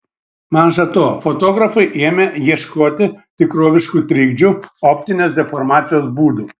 maža to fotografai ėmė ieškoti tikroviškų trikdžių optinės deformacijos būdų